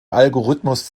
algorithmus